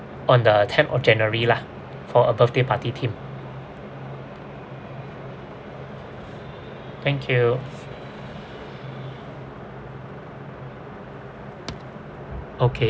on the tenth of january lah for a birthday party team thank you okay